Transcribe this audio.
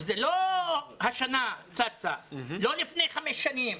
זה לא השנה צץ, לא לפני חמש שנים.